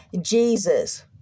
Jesus